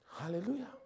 Hallelujah